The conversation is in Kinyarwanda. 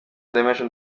dimension